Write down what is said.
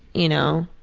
you know,